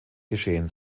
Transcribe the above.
geschehen